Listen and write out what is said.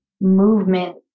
movement